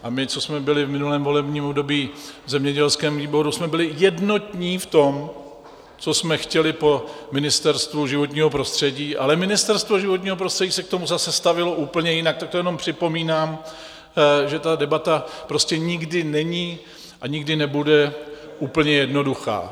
A my, co jsme byli v minulém volebním období v zemědělském výboru, jsme byli jednotní v tom, co jsme chtěli po Ministerstvu životního prostředí, ale Ministerstvo životního prostředí se k tomu zase stavělo úplně jinak, tak to jenom připomínám, že ta debata prostě nikdy není a nikdy nebude úplně jednoduchá.